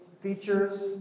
features